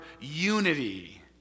unity